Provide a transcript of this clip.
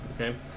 okay